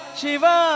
Shiva